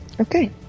Okay